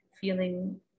feeling